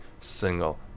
single